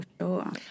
sure